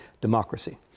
democracy